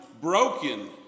broken